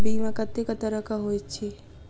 बीमा कत्तेक तरह कऽ होइत छी?